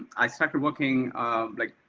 i started working like,